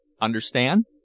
Understand